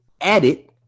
Edit